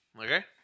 Okay